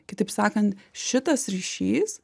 kitaip sakan šitas ryšys